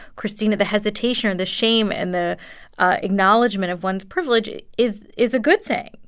christina, the hesitation or the shame and the acknowledgement of one's privilege is is a good thing.